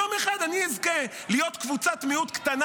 יום אחד אני אזכה להיות קבוצת מיעוט קטנה